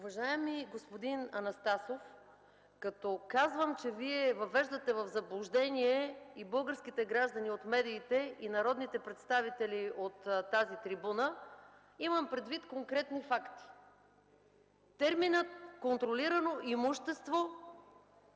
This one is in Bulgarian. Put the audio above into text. Уважаеми господин Анастасов, като казвам, че Вие въвеждате в заблуждение и българските граждани – от медиите, и народните представители – от тази трибуна, имам предвид конкретни факти. Терминът „контролирано имущество”